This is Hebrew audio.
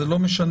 זה לא משנה,